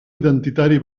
identitari